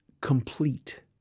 complete